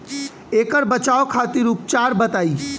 ऐकर बचाव खातिर उपचार बताई?